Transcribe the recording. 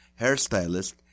hairstylist